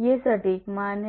यह सटीक मान है